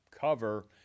cover